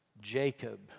Jacob